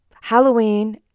Halloween